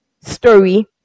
story